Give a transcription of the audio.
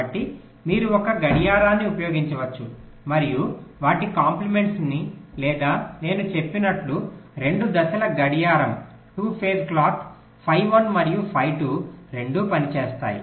కాబట్టి మీరు ఒక గడియారాన్ని ఉపయోగించవచ్చు మరియు వాటి కంప్లీమెంట్స్ లేదా నేను చెప్పినట్లు రెండు దశల గడియారం ఫై 1 మరియు ఫై 2 రెండూ పని చేస్తాయి